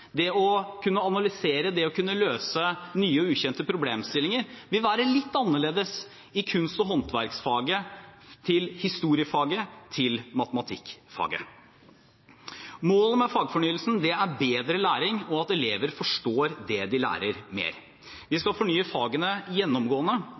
det å kunne analysere, det å kunne løse nye og ukjente problemstillinger, vil være litt annerledes i kunst- og håndverksfaget enn i historiefaget og matematikkfaget. Målet med fagfornyelsen er bedre læring og at elever bedre forstår det de lærer. Vi skal fornye fagene gjennomgående. Vi